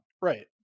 right